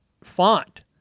font